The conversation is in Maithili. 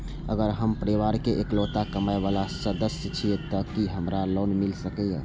अगर हम परिवार के इकलौता कमाय वाला सदस्य छियै त की हमरा लोन मिल सकीए?